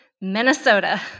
Minnesota